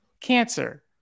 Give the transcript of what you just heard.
cancer